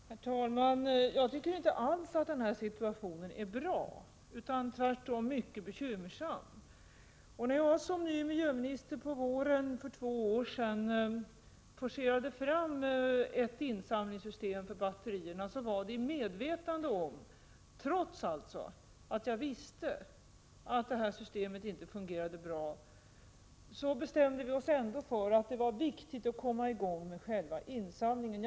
Herr talman! Jag tycker inte alls att den situation vi nu har är bra. Den är tvärtom mycket bekymmersam. När jag som nytillträdd miljöoch energiminister på våren för två år sedan forcerade fram ett insamlingssystem för batterierna, var jag medveten om att systemet inte fungerade bra. Trots det bestämde vi oss för att det var viktigt att komma i gång med själva insamlingen.